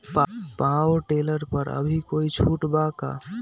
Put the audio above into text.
Power tiller पर अभी कोई छुट बा का?